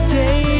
day